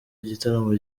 igitaramo